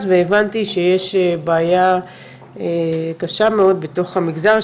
והבנתי שיש בעיה קשה מאוד בתוך המגזר,